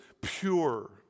pure